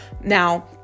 Now